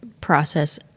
process